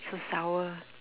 so sour